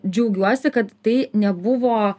džiaugiuosi kad tai nebuvo